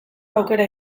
aukera